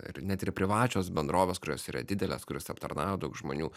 ir net ir privačios bendrovės kurios yra didelės kurios aptarnauja daug žmonių